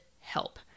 help